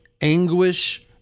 anguish